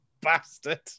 bastard